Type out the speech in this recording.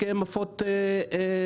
כי הן עפות באוויר.